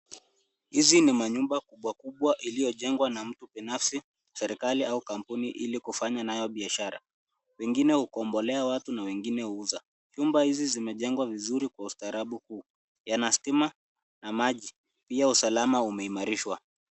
Hizi na manyumba kubwa kubwa iliyojengwa na mtu binafsi, serikali au kampuni ili kufanya nayo biashara. Wengine hukombolea watu na wengine huuza. Vyumba hizi zimejengwa vizuri kwa ustaarabu kuu. Yana stima na maji. Pia usalama umeimarishwa